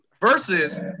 Versus